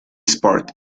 sport